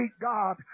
God